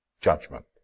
judgment